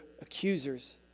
accusers